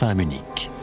um munich.